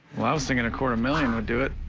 well, i was thinking a quarter million would do it.